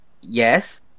Yes